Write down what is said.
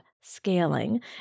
scaling